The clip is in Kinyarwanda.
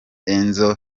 enzo